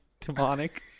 demonic